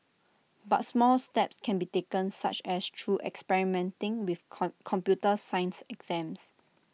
but small steps can be taken such as through experimenting with computer science exams